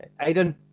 Aiden